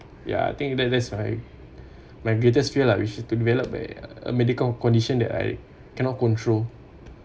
ya I think that that's my my greatest fear lah which is to develop a medical condition that I cannot control